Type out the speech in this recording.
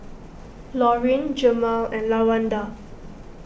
Laurene Jemal and Lawanda